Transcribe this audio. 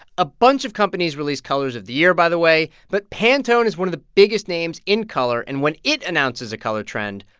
a bunch of companies release colors of the year, by the way. but pantone is one of the biggest names in color. and when it announces a color trend,